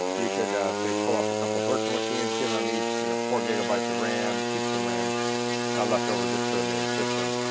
you could say pull up a couple of virtual machines give them each, you know four gigabytes of ram keep some ram left over just for the main system.